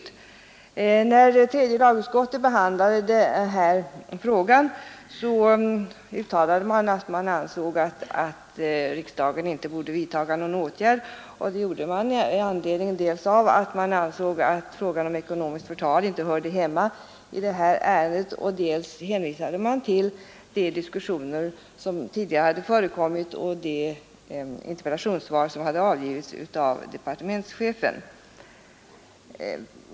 När tredje lagutskottet behandlade den här frågan uttalade utskottet att man ansåg att riksdagen inte borde vidtaga någon åtgärd. Man gjorde detta dels med anledning av att man ansåg att frågan om ekonomiskt förtal inte hörde hemma under detta ärende, dels med hänvisning till de diskussioner som tidigare hade förekommit och de frågesvar som hade avgivits av departementschefen.